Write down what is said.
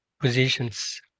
positions